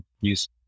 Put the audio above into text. use